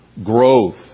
growth